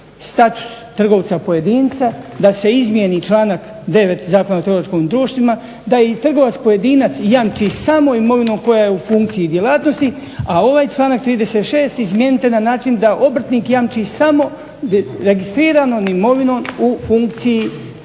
status trgovca pojedinca da se izmijeni članak 9. Zakona o trgovačkim društvima da i trgovac pojedinac jamči samo imovinom koja je u funkciji djelatnosti. A ovaj članak 36.izmijenite na način da obrtnik jamči samo registriranom imovinom u funkciji svoje djelatnosti.